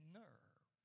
nerve